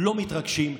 לא מתרגשים.